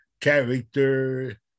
character